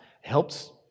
helps